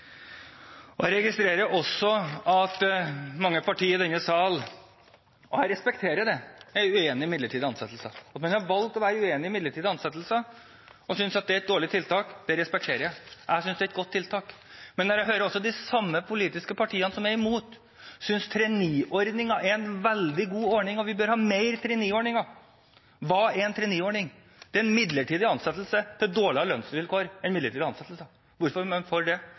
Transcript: området. Jeg registrerer også at mange partier i denne sal – og jeg respekterer det – er uenig i midlertidige ansettelser. At man har valgt å være uenig i midlertidige ansettelser og syns at det er et dårlig tiltak, det respekterer jeg. Jeg syns det er et godt tiltak. Men jeg hører også at de samme politiske partiene som er imot, syns traineeordningen er en veldig god ordning og syns at vi bør ha mer av det. Hva er en traineeordning? Det er en midlertidig ansettelse til dårligere lønnsvilkår enn midlertidige ansettelser. Hvorfor er man for det